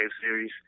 series